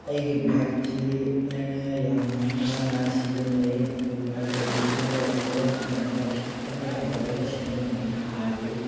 ꯑꯩꯒꯤ ꯕꯥꯏꯛꯁꯤ ꯑꯩꯅ ꯌꯥꯝꯅ ꯅꯥꯟꯅ ꯁꯤꯖꯤꯟꯅꯩ ꯑꯗꯨꯒ ꯒꯥꯔꯤꯁꯤ ꯌꯥꯔꯛꯇꯕ ꯃꯇꯝꯗ ꯈꯤꯖꯤꯛꯇꯪ ꯌꯥꯗꯕꯒ ꯁꯦꯝꯖꯟꯕꯅ ꯍꯥꯜꯂꯤ